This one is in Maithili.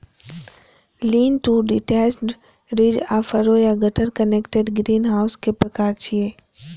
लीन टु डिटैच्ड, रिज आ फरो या गटर कनेक्टेड ग्रीनहाउसक प्रकार छियै